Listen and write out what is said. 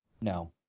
No